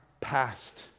past